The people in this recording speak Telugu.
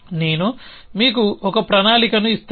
నేను మీకు ఒక ప్రణాళికను ఇస్తాను